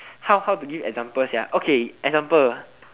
how to give example okay example